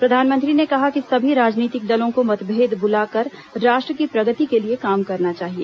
प्रधानमंत्री ने कहा कि सभी राजनीतिक दलों को मतभेद भुलाकर राष्ट्र की प्रगति के लिए काम करना चाहिए